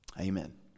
Amen